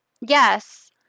Yes